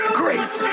grace